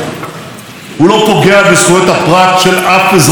הוא לא פוגע בזכויות הפרט של אף אזרח במדינה.